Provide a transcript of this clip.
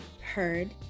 heard